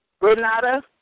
Renata